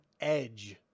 edge